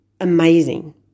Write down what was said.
amazing